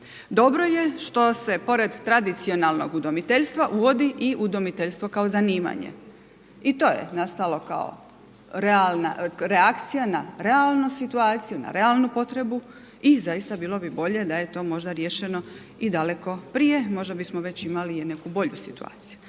Dobro je što se pored tradicionalnog udomiteljstva uvodi i udomiteljstvo kao zanimanje. I to je nastalo kao reakcija n realnu situaciju, na realnu potrebu i zaista bilo bi bolje da je to možda riješeno i daleko prije, možda bismo već imali i neku bolju situaciju.